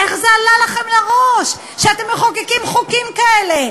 איך זה עלה לכם לראש, שאתם מחוקקים חוקים כאלה?